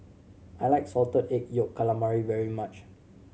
I like Salted Egg Yolk Calamari very much